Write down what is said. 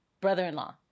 brother-in-law